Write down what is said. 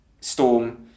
Storm